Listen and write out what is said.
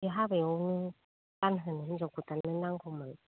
बे हाबायाव आंजों हिनजाव गोदानजों नांगौमोन